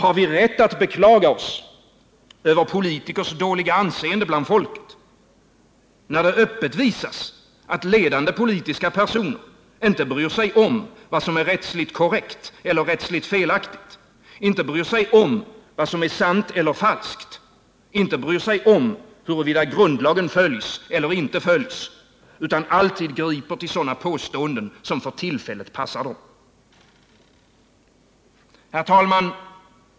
Har vi rätt att beklaga oss över politikers dåliga anseende bland folket, när det öppet visas att ledande politiska personer inte bryr sig om vad som är rättsligt korrekt eller rättsligt felaktigt, inte bryr sig om vad som är sant eller falskt, inte bryr sig om huruvida grundlagen följs eller inte följs, utan alltid griper till sådana påståenden som för tillfället passar dem? Herr talman!